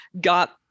got